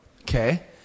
Okay